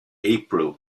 april